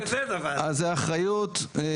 זו אחריות כוללת.